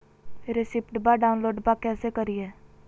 रेसिप्टबा डाउनलोडबा कैसे करिए?